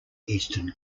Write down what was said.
eastern